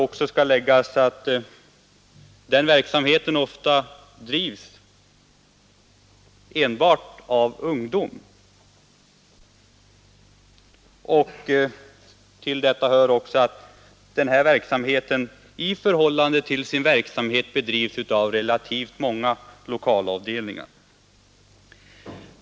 Ofta bedrivs denna verksamhet enbart av ungdom, och i förhållande till sin omfattning bedrivs verksamheten av relativt många lokalavdelningar.